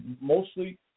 mostly